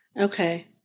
Okay